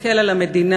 תסתכל על המדינה,